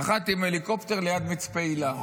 נחַתִּי עם הליקופטר ליד מצפה הילה.